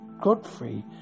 Godfrey